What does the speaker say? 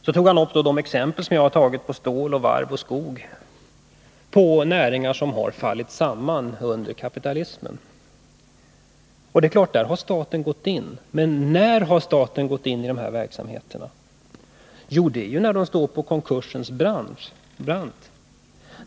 Så tog Rolf Wirtén upp de exempel — stålet, varven och skogen — som jag anfört på näringar som har fallit samman under kapitalismen. Ja, visst har staten gått in. Men när har staten gått in i dessa verksamheter? Jo, när de har stått på konkursens rand.